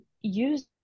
use